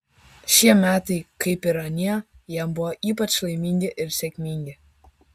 šie metai kaip ir anie jam buvo ypač laimingi ir sėkmingi